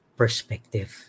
perspective